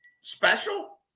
special